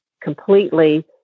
completely